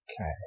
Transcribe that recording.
okay